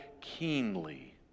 keenly